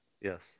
Yes